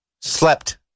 slept